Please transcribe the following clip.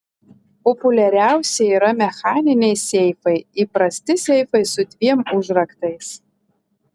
populiariausi yra mechaniniai seifai įprasti seifai su dviem užraktais